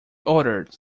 ordered